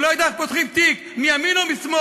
הוא לא ידע איך פותחים תיק, מימין או משמאל?